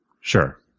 sure